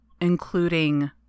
including